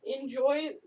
Enjoy